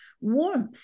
warmth